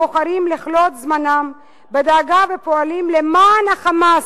הבוחרים לכלות את זמנם בדאגה ופועלים למען ה"חמאס",